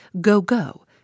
go-go